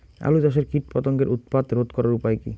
আলু চাষের কীটপতঙ্গের উৎপাত রোধ করার উপায় কী?